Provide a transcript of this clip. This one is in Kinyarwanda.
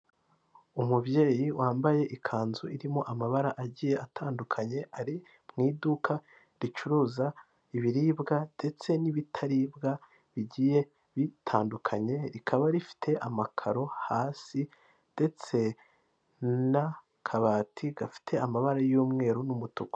Umubyeyi wambaye ikanzu irimo amabara agiye atandukanye ari mu iduka ricuruza ibiribwa, ndetse n'ibitaribwa bigiye bitandukanye, rikaba rifite amakaro hasi ndetse n'akabati gafite amabara y'umweru n'umutuku.